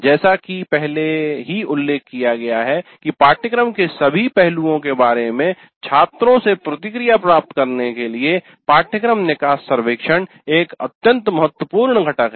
जैसा कि पहले ही उल्लेख किया गया है कि पाठ्यक्रम के सभी पहलुओं के बारे में छात्रों से प्रतिक्रिया प्राप्त करने के लिए पाठ्यक्रम निकास सर्वेक्षण एक अत्यंत महत्वपूर्ण घटक है